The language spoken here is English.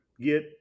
get